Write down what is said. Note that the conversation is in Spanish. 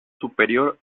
superior